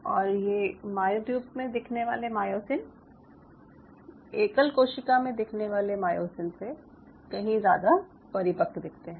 और ये मायोट्यूब्स में दिखने वाले मायोसिन एकल कोशिका में दिखने वाले मायोसिन से कहीं ज़्यादा परिपक्क दिखते हैं